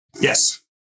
Yes